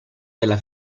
della